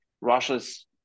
Russia's